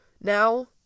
now